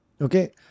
Okay